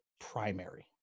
primary